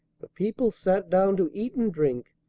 the people sat down to eat and drink,